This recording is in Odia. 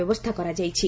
ବ୍ୟବସ୍ଥା କରାଯାଇଛି